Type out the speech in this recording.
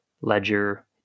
ledger